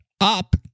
Up